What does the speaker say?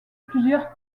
plusieurs